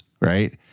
right